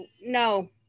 No